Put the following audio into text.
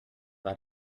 war